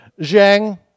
Zhang